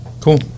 Cool